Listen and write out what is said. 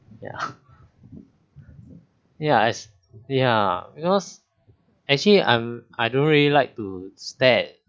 ya ya I ya because actually I'm I don't really like to stare